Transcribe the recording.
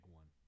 one